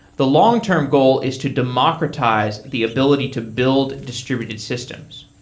the long-term goal is to democratize the ability to build distributed systems.